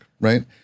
right